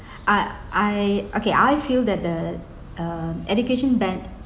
I I okay I feel that the uh education band